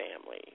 family